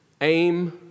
Aim